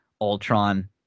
Ultron